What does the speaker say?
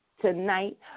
Tonight